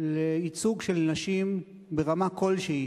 לייצוג של נשים ברמה כלשהי